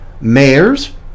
mayors